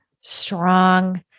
strong